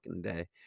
day